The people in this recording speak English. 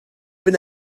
been